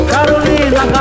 Carolina